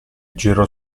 girò